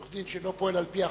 עורך-דין שאינו פועל על-פי החוק,